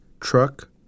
truck